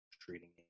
treating